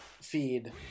feed